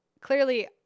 clearly